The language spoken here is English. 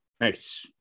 Nice